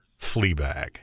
Fleabag